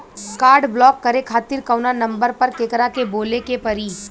Card block करे खातिर कवना नंबर पर केकरा के बोले के परी?